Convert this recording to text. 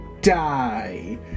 die